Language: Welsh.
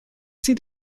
sydd